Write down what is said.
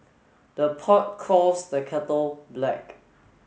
the pot calls the kettle black